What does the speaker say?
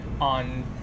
on